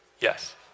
Yes